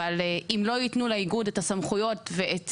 אבל אם לא יתנו לאיגוד את הסמכויות ואת